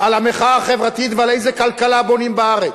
על המחאה החברתית ועל איזו כלכלה בונים בארץ: